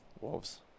wolves